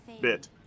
bit